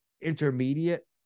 intermediate